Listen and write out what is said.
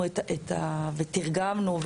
תרגמנו,